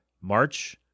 March